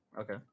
Okay